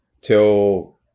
till